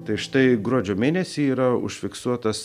tai štai gruodžio mėnesį yra užfiksuotas